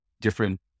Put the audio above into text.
different